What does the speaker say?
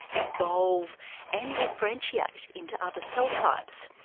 evolve and differentiate into other cell types.